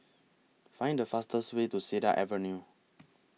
Find The fastest Way to Cedar Avenue